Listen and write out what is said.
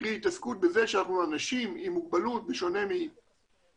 קרי התעסקות בזה שאנחנו אנשים עם מוגבלות בשונה ממוגבלים,